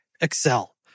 Excel